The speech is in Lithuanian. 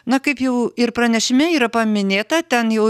na kaip jau ir pranešime yra paminėta ten jau